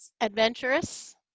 adventurous